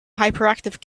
hyperactive